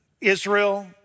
Israel